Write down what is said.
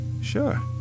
Sure